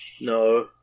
No